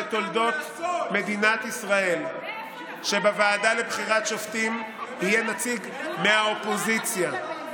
שנציג אחד מכל אחת מהרשויות חייב להיות אישה.